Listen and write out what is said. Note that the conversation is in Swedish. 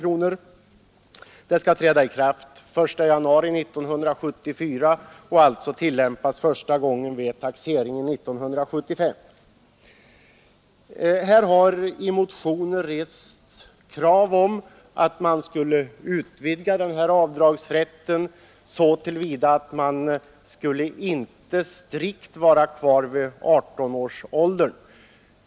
Ändringen skulle träda i kraft den 1 januari 1974 och alltså tillämpas första gången i taxeringen 1975. I motioner har det rests krav på utvidgning av denna avdragsrätt, så till vida att man inte skulle strikt hålla på 18 års ålder.